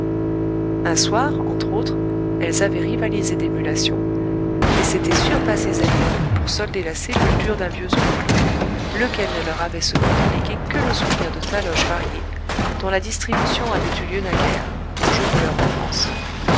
un soir entre autres elles avaient rivalisé d'émulation et s'étaient surpassées elles même pour solder la sépulture d'un vieux oncle lequel ne leur avait cependant légué que le souvenir de taloches variées dont la distribution avait eu lieu naguère aux jours de leur enfance